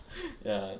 ya